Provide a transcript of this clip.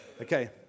okay